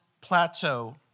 plateau